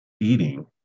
eating